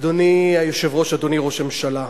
אדוני היושב-ראש, אדוני ראש הממשלה,